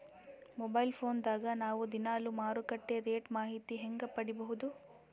Mobile phone ದಾಗ ನಾವು ದಿನಾಲು ಮಾರುಕಟ್ಟೆ ರೇಟ್ ಮಾಹಿತಿ ಹೆಂಗ ಪಡಿಬಹುದು?